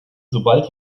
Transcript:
sobald